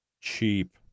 cheap